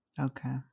Okay